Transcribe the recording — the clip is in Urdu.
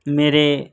میرے